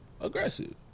aggressive